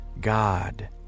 God